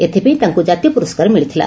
ଏଥିପାଇଁ ତାଙ୍କୁ ଜାତୀୟ ପୁରସ୍କାର ମିଳିଥିଲା